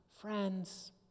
Friends